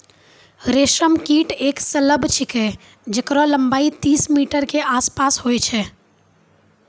रेशम कीट एक सलभ छिकै जेकरो लम्बाई तीस मीटर के आसपास होय छै